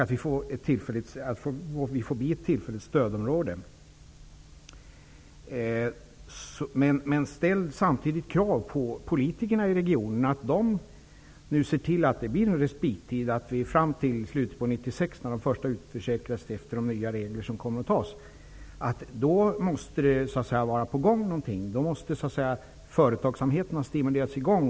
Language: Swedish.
Det området skulle behöva bli ett tillfälligt stödområde. Samtidigt kan man ställa krav på politikerna i regionen så att de ser till att det blir en respittid. När de första personerna kommer att utförsäkras i slutet av 1996, enligt de nya regler som kommer att antas, måste något vara på gång. En långsiktig företagsamhet måste stimuleras.